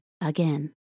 again